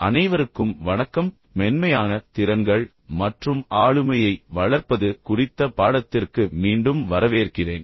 அனைவருக்கும் வணக்கம் மென்மையான திறன்கள் மற்றும் ஆளுமையை வளர்ப்பது குறித்த பாடத்திற்கு மீண்டும் வரவேற்கிறேன்